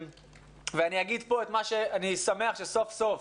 אני אגיד פה שאני שמח שסוף סוף